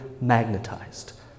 magnetized